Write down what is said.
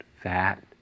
fat